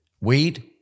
Weed